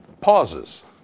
pauses